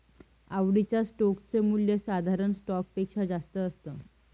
आवडीच्या स्टोक च मूल्य साधारण स्टॉक पेक्षा जास्त असत